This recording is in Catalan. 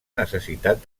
necessitat